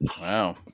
Wow